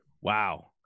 Wow